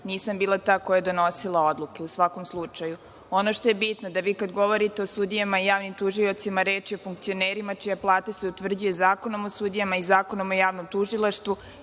nisam bila ta koja je donosila odluke. Ono što je bitno, da vi kada govorite o sudijama i javnim tužiocima reč je o funkcionerima čija se plata utvrđuje Zakonom o sudijama i Zakonom o javnom tužilaštvu